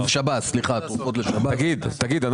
כפי שציין קודם נציג משרד האוצר.